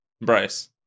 Bryce